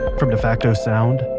from defacto sound,